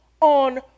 on